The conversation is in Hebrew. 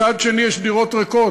מצד שני יש דירות ריקות.